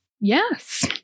Yes